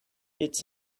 it’s